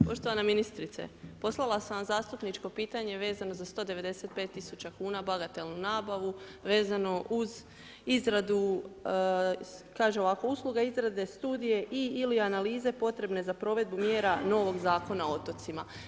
Poštovana ministrice, postala sam vam zastupničko pitanje vezano za 195 tisuća kuna bagatelnu nabavu, vezano uz izradu kaže ovako, usluga izrade studije i ili analize potrebe za provedbe mjera novog Zakona o otocima.